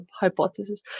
hypothesis